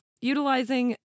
utilizing